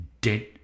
dead